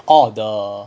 orh the